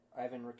Ivan